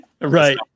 Right